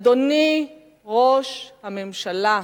אדוני ראש הממשלה,